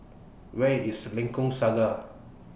Where IS Lengkok Saga